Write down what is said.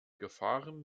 gefahren